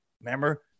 Remember